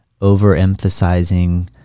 overemphasizing